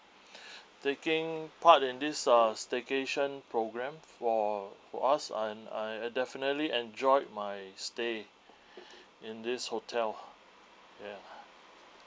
taking part in this uh staycation programme for for us and I definitely enjoyed my stay in this hotel ya